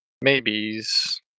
maybes